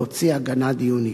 להוציא הגנה דיונית.